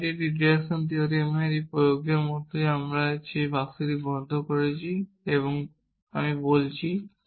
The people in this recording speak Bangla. এবং তাই এটি এই ডিডাকশন থিওরেমের এই প্রয়োগের মতোই যে আমি এই বাক্সটি বন্ধ করছি এবং আমি বলছি